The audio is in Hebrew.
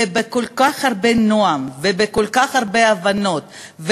ובכל כך הרבה נועם ובכל כך הרבה הבנות,